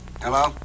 Hello